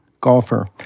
golfer